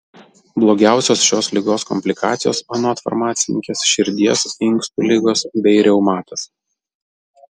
blogiausios šios ligos komplikacijos anot farmacininkės širdies inkstų ligos bei reumatas